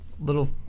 Little